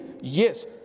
Yes